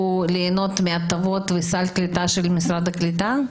ליהנות מהטבות וסל קליטה של משרד הקליטה?